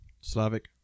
slavic